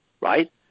right